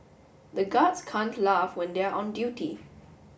the guards can't laugh when they are on duty